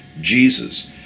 Jesus